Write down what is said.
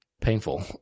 Painful